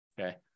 okay